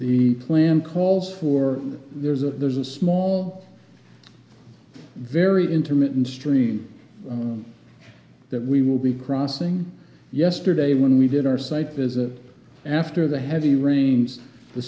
the plan calls for there's a there's a small very intermittent string that we will be crossing yesterday when we did our site visit after the heavy rains the